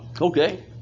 Okay